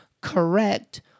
correct